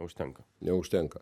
užtenka neužtenka